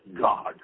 God